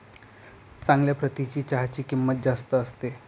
चांगल्या प्रतीच्या चहाची किंमत जास्त असते